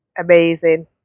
amazing